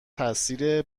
تاثیر